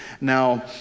Now